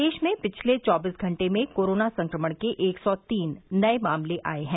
प्रदेश में पिछले चौबीस घंटे में कोरोना संक्रमण के एक सौ तीन नये मामले आये हैं